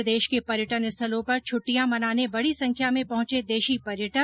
प्रदेश के पर्यटन स्थलों पर छुट्टियां मनाने बडी संख्या में पहुंचे देशी पर्यटक